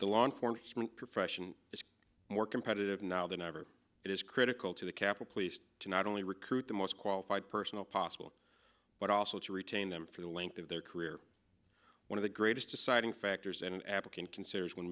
the law enforcement profession is more competitive now than ever it is critical to the capitol police to not only recruit the most qualified personnel possible but also to retain them for the length of their career one of the greatest deciding factors in african consumers when